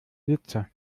blitzer